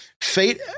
Fate